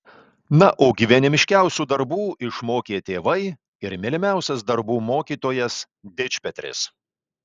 na o gyvenimiškiausių darbų išmokė tėvai ir mylimiausias darbų mokytojas dičpetris